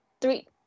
three